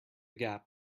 gap